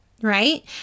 right